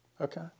Okay